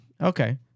Okay